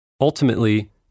Ultimately